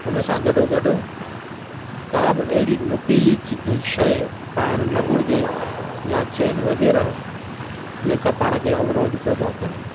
हुन सां गॾोगॾु का बि अहिड़ी नुकिली शइ पाइणु न घुरिजे या चैन वग़ैरह जेका पाण खे अवरोध पैदा करे